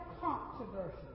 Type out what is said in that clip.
controversy